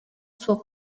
suo